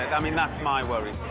i mean, that's my worry.